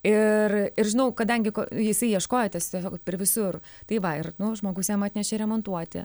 ir ir žinau kadangi ko jisai ieškojo tiesiog per visur tai va ir nu žmogus jam atnešė remontuoti